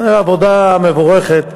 זו עבודה מבורכת.